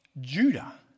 Judah